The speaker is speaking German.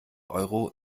euro